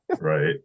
Right